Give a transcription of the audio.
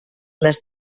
les